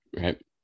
Right